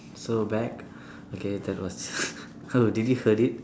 so back okay that was how did you heard it